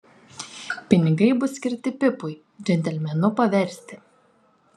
pinigai bus skirti pipui džentelmenu paversti